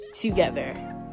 together